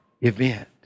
event